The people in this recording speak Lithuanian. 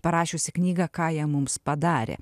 parašiusi knygą ką jie mums padarė